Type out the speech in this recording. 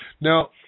Now